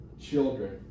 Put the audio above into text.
children